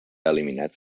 eliminats